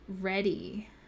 ready